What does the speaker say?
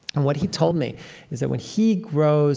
and what he told me is that, when he grows